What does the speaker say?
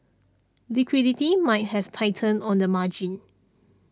liquidity might have tightened on the margin